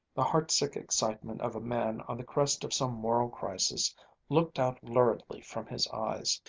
the heartsick excitement of a man on the crest of some moral crisis looked out luridly from his eyes.